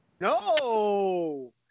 No